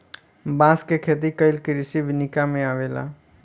बांस के खेती कइल कृषि विनिका में अवेला